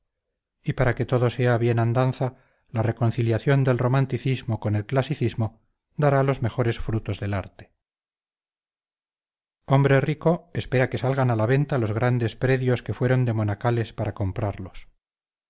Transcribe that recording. y para que todo sea bienandanza la reconciliación del romanticismo con el clasicismo dará los mejores frutos del arte hombre rico espera que salgan a la venta los grandes predios que fueron de monacales para comprarlos